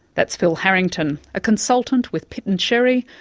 that's phil harrington, a consultant with pitt and sherry,